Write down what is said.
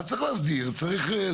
לכן צריך להסדיר את זה.